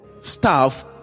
staff